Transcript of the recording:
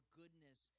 goodness